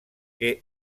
que